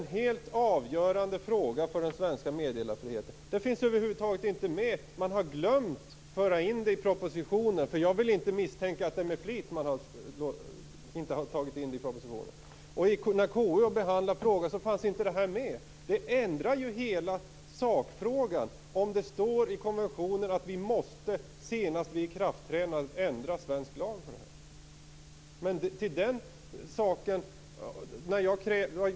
Den helt avgörande frågan för den svenska meddelarfriheten finns över huvud taget inte med. Man har glömt att föra in den i propositionen. Jag vill inte misstänka att det är med flit man inte har tagit in den i propositionen. När KU behandlade frågan fanns inte detta med. Det ändrar ju hela sakfrågan om det står i konventionen att vi senast vid ikraftträdandet måste ändra svensk lag.